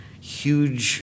huge